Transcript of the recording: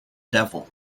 devil